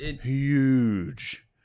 huge